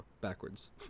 backwards